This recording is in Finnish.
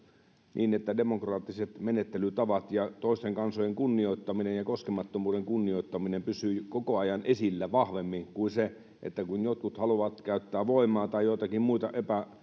niin että demokraattiset menettelytavat ja toisten kansojen kunnioittaminen ja koskemattomuuden kunnioittaminen pysyvät koko ajan esillä vahvemmin kuin se että jotkut haluavat käyttää voimaa tai joitakin muita